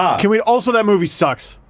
um can we also that movie sucks,